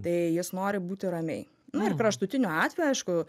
tai jis nori būti ramiai na ir kraštutiniu atveju aišku